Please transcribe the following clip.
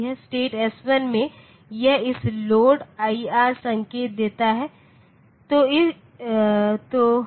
state s1 में यह इस लोड IR संकेत देता है